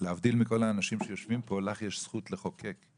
להבדיל מכל האנשים שיושבים פה, לך יש זכות לחוקק.